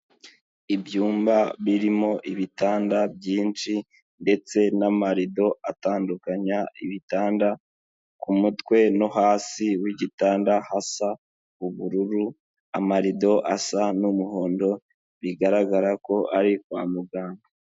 Ibyumba birimo ibitanda byinshi ndetse n'amarido atandukanya ibitanda, ku mutwe no hasi w'igitanda hasa ubururu, amarido asa n'umuhondo bigaragara ko ari kwa muganga.